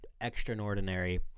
extraordinary